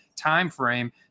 timeframe